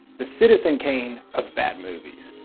the citizen kane of bad movies.